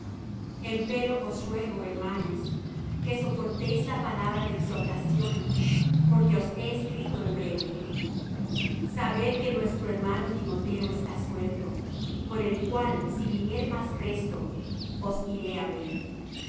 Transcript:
amén empero os ruego hermanos que soportéis la palabra de exhortación porque os he escrito en breve sabed que nuestro hermano timoteo está suelto con el cual si viniere más presto os iré á ver